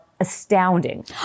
Astounding